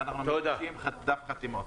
ואנחנו --- דף חתימות.